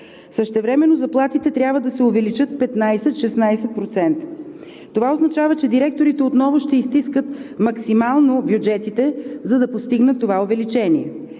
Същевременно заплатите трябва да се увеличат 15 – 16%. Това означава, че директорите отново ще изстискат максимално бюджетите, за да постигнат това увеличение